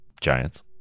giants